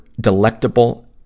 delectable